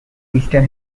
eastern